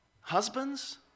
Husbands